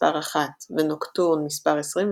מספר 1 ונוקטורן מספר 21